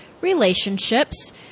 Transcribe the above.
relationships